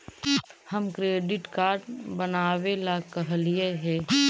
हम credit card बनावे ला कहलिऐ हे?